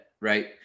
right